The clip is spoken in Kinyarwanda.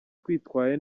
twitwaye